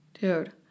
dude